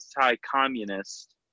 anti-communist